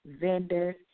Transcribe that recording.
vendors